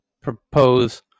propose